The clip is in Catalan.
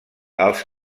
els